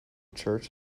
church